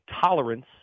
tolerance